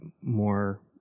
more